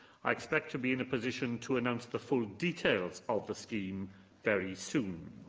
i expect to be in a position to announce the full details of the scheme very soon.